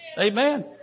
Amen